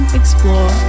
explore